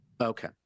Okay